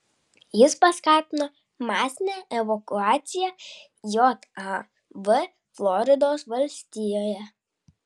jis paskatino masinę evakuaciją jav floridos valstijoje